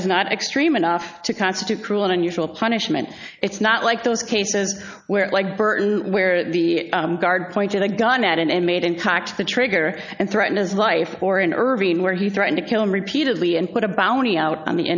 is not extreme enough to constitute cruel and unusual punishment it's not like those cases where like burton where the guard pointed a gun at him and made him tax the trigger and threaten his life or in irving where he threatened to kill him repeatedly and put a bounty out on the